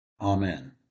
Amen